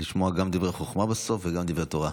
לשמוע גם דברי חוכמה בסוף וגם דברי תורה.